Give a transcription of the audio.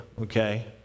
okay